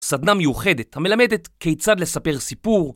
סדנה מיוחדת המלמדת כיצד לספר סיפור